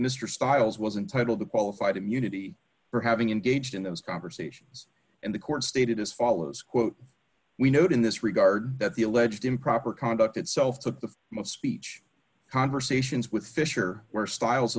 mister stiles wasn't titled the qualified immunity for having an gaged in those conversations and the court stated as follows quote we note in this regard that the alleged improper conduct itself took the most speech conversations with fisher where stiles